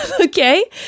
okay